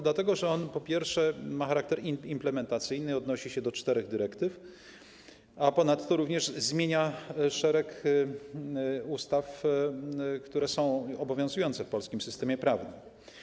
Dlatego, że po pierwsze, ma on charakter implementacyjny, odnosi się do czterech dyrektyw, a ponadto również zmienia szereg ustaw, które są obowiązujące w polskim systemie prawnym.